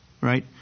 right